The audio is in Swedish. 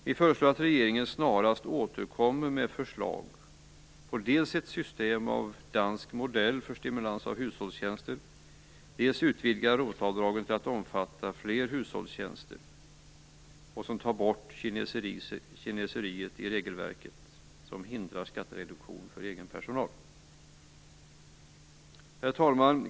Vi föreslår att regeringen snarast återkommer dels med förslag till ett system av dansk modell för stimulans av hushållstjänster, dels utvidgar ROT-avdragen till att omfatta fler hushållstjänster och tar bort kineseriet i regelverket som hindrar skattereduktion för egen personal. Herr talman!